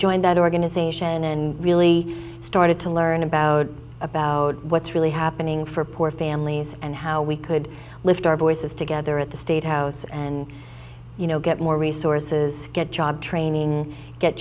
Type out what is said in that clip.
joined that organization and really started to learn about about what's really happening for poor families and how we could lift our voices together at the state house and you know get more resources get job training get